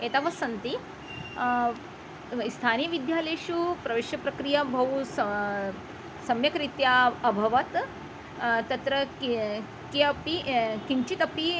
एतावत् सन्ति स्थानीयविद्यालयेषु प्रवेशप्रक्रिया बहु सा सम्यग्रीत्या अभवत् तत्र किं कियदपि किञ्चिदपि